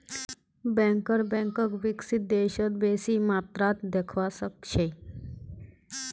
banker बैंकक विकसित देशत बेसी मात्रात देखवा सके छै